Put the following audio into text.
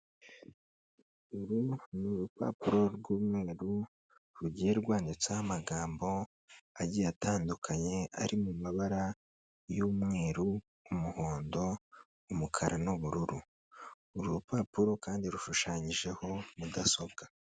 Uru ni urupapuro rw'umweru rugiye rwanditseho amagambo agiye atandukanye ari mu mabara y'umweru, umuhondo, umukara n'ubururu, uru rupapuro kandi rushushanyijeho mudasobwa.